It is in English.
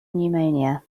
pneumonia